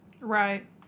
right